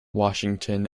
washington